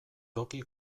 toki